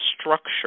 structure